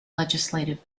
legislative